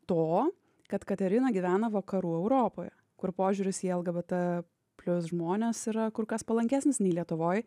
to kad katerina gyvena vakarų europoj kur požiūris į lgbt plius žmones yra kur kas palankesnis nei lietuvoj